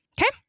Okay